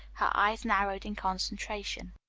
her eyes narrowed in concentration.